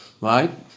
Right